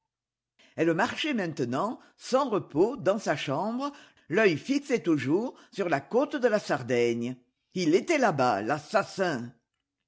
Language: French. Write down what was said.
elle marchait maintenant sans repos dans sa chambre l'œil fixé toujours sur la côte de sardaigne il était là-bas l'assassin